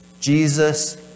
Jesus